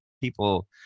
people